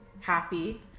happy